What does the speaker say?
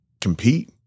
compete